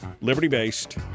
liberty-based